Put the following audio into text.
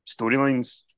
storylines